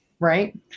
Right